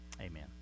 amen